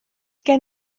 gen